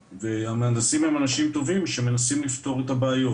והמהנדסים הם אנשים טובים שמנסים לפתור את הבעיות.